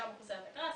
אישה מחוסרת הכרה,